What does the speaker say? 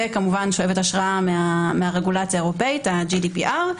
וכמובן שואבת השראה מהרגולציה האירופית ה-GDPR,